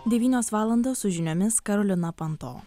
devynios valandos su žiniomis karolina panto